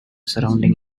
surrounding